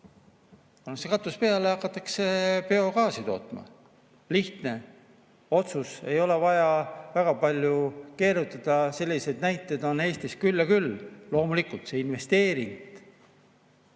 katus peale ja hakatakse biogaasi tootma. Lihtne otsus, ei ole vaja väga palju keerutada. Selliseid näiteid on Eestis küll ja küll. Loomulikult, see on investeering.